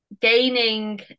gaining